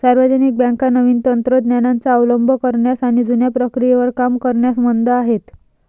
सार्वजनिक बँका नवीन तंत्र ज्ञानाचा अवलंब करण्यास आणि जुन्या प्रक्रियेवर काम करण्यास मंद आहेत